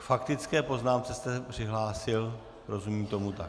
K faktické poznámce jste se přihlásil, rozumím tomu tak.